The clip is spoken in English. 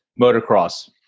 motocross